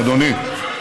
אדוני.